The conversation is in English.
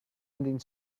ending